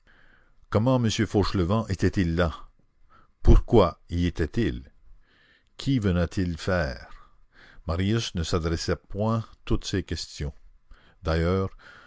comment m fauchelevent était-il là pourquoi y était-il qu'y venait-il faire marius ne s'adressa point toutes ces questions d'ailleurs